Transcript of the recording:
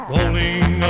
Rolling